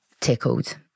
tickled